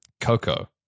Coco